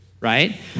right